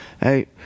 Hey